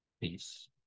Peace